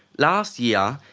last year,